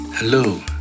Hello